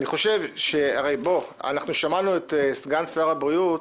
אנחנו שמענו את סגן שר הבריאות